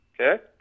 okay